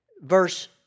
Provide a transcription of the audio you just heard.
verse